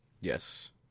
Yes